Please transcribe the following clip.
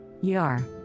Yar